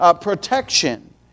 protection